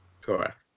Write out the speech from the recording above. Correct